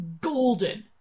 golden